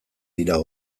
dira